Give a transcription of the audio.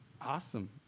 Awesome